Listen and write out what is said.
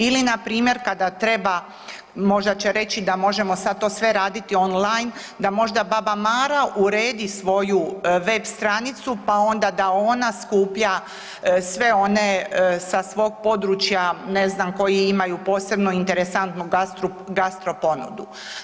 Ili npr. kada treba, možda će reći da možemo sad to sve raditi on line, da možda „baba Mara“ uredi svoju web stranicu, pa onda da ona skuplja sve one sa svog područja, ne znam, koji imaju posebno interesantnu gastru, gastro ponudu.